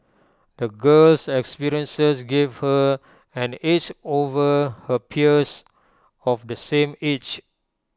the girl's experiences gave her an edge over her peers of the same age